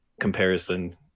comparison